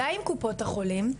אולי עם קופות החולים,